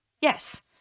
yes